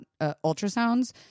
ultrasounds